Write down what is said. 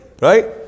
right